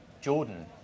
Jordan